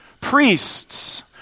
Priests